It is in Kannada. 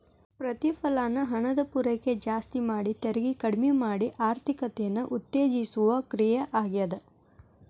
ಪ್ರತಿಫಲನ ಹಣದ ಪೂರೈಕೆ ಜಾಸ್ತಿ ಮಾಡಿ ತೆರಿಗೆ ಕಡ್ಮಿ ಮಾಡಿ ಆರ್ಥಿಕತೆನ ಉತ್ತೇಜಿಸೋ ಕ್ರಿಯೆ ಆಗ್ಯಾದ